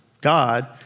God